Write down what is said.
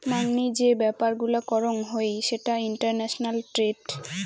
মাংনি যে ব্যাপার গুলা করং হই সেটা ইন্টারন্যাশনাল ট্রেড